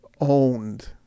owned –